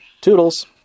toodles